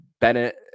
Bennett